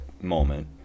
moment